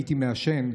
הייתי מעשן,